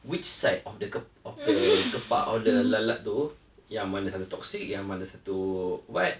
which side of the k~ of the kepak of the lalat tu yang mana satu toxic yang mana satu what